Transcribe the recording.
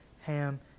Ham